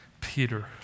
Peter